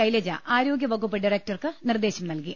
ശൈലജ ആരോഗൃവകുപ്പ് ഡയറക്ടർക്ക് നിർദ്ദശം നൽകി